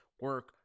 Work